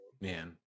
Man